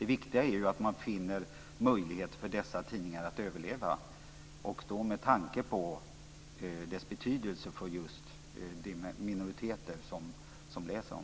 Det viktiga är att finna en möjlighet för dessa tidningar att överleva, med tanke på deras betydelse för just de minoriteter som läser dem.